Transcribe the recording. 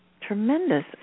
tremendous